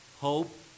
hope